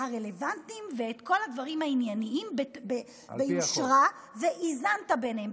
הרלוונטיים ואת כל הדברים העניינים ביושרה ואיזנת ביניהם.